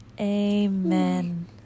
Amen